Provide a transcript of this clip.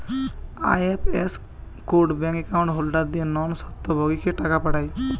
IFS code bank account holder দিয়ে নন স্বত্বভোগীকে টাকা পাঠায়